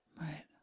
Right